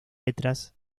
letras